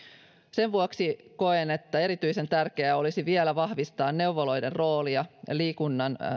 sen vuoksi koen että erityisen tärkeää olisi vielä vahvistaa neuvoloiden roolia liikunnan